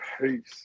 Peace